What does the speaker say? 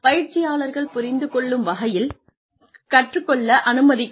பயிற்சியாளர்கள் புரிந்து கொள்ளும் வகையில் கற்றுக்கொள்ள அனுமதிக்கவும்